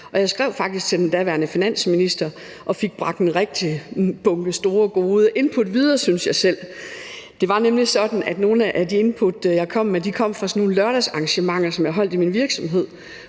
Jeg skrev faktisk til den daværende finansminister og fik bragt en stor bunke rigtig gode input videre, synes jeg selv. Det var nemlig sådan, at nogle af de input, jeg kom med, kom fra sådan nogle lørdagsarrangementer, som jeg holdt i min virksomhed,